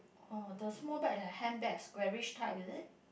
oh the small bag like handbag squarish type is it